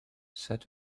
set